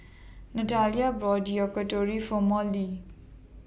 Natalia bought Yakitori For Molly